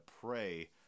pray